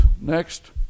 Next